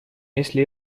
если